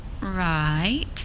Right